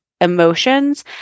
emotions